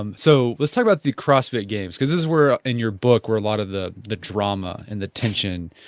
um so let's talk about the crossfit games, because this is where ah in your book where lot of the the drama and the tension